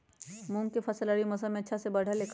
मूंग के फसल रबी मौसम में अच्छा से बढ़ ले का?